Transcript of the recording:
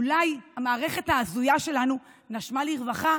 אולי המערכת ההזויה שלנו נשמה לרווחה